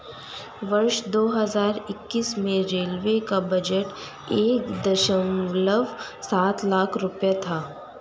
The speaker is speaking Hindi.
वर्ष दो हज़ार इक्कीस में रेलवे का बजट एक दशमलव सात लाख रूपये था